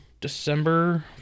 December